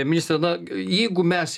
ministre na jeigu mes